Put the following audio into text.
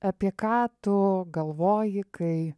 apie ką tu galvoji kai